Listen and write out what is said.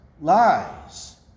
lies